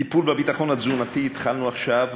טיפול בביטחון התזונתי: התחלנו עכשיו,